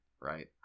right